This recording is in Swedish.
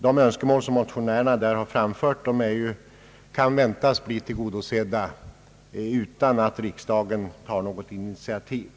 De önskemål som motionärerna på denna punkt har framfört kan väntas bli tillgodosedda utan att riksdagen tar något initiativ.